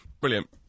brilliant